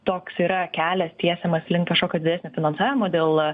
toks yra kelias tiesiamas link kažkokio didesnio finansavimo dėl